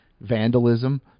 vandalism